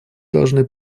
должны